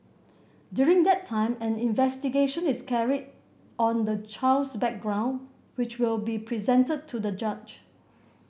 during that time an investigation is carried on the child's background which will be presented to the judge